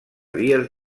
dies